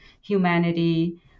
humanity